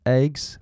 eggs